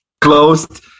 closed